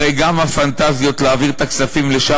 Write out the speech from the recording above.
הרי גם הפנטזיות להעביר את הכספים לשם,